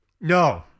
No